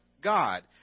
God